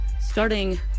starting